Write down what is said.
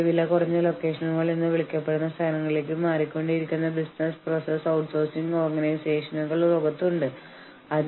കാരണം ചിലപ്പോൾ നിങ്ങൾക്ക് നശിപ്പിക്കാൻ സാധിക്കുന്ന വസ്തുക്കൾ ഉണ്ടായിരിക്കും അത് നശിപ്പിക്കപ്പെടാം അത് നിങ്ങൾക്ക് വലിയ സാമ്പത്തിക നാശമുണ്ടാക്കാം